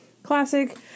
Classic